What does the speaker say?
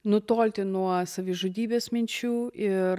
nutolti nuo savižudybės minčių ir